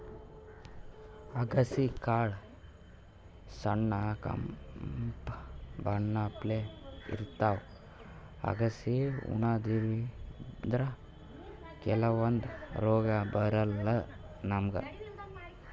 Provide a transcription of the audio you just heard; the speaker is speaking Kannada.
ಅಗಸಿ ಕಾಳ್ ಸಣ್ಣ್ ಕೆಂಪ್ ಬಣ್ಣಪ್ಲೆ ಇರ್ತವ್ ಅಗಸಿ ಉಣಾದ್ರಿನ್ದ ಕೆಲವಂದ್ ರೋಗ್ ಬರಲ್ಲಾ ನಮ್ಗ್